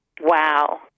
Wow